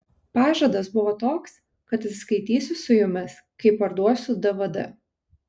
pažadas buvo toks kad atsiskaitysiu su jumis kai parduosiu dvd